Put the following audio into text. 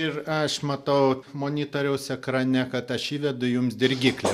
ir aš matau monitoriaus ekrane kad aš įvedu jums dirgiklį